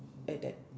at that